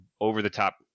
over-the-top